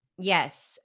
Yes